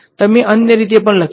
તમે અન્ય રીતે પણ લખી શકો છો